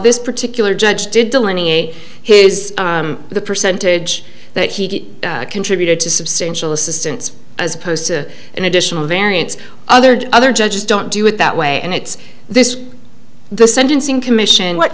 this particular judge did delineate his the percentage that he contributed to substantial assistance as opposed to an additional variance other other judges don't do it that way and it's this the sentencing commission